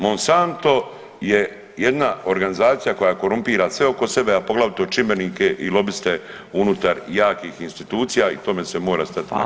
Monsanto je jedna organizacija koja korumpira sve oko sebe, a poglavito čimbenike i lobiste unutar jakih institucija i tome se mora stati na kraj.